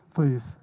Please